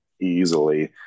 easily